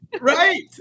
Right